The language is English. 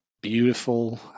beautiful